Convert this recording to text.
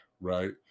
right